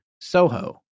Soho